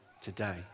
today